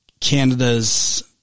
Canada's